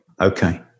okay